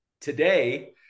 today